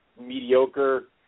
mediocre